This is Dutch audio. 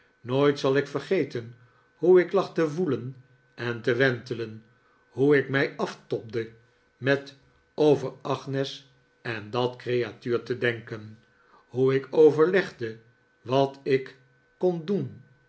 nooit zal ik vergeten hoe ik lag te woelen en te wentelen hoe ik mij aftobde met over agnes en dat creatuur te denken hoe ik overlegde wat ik kon doefi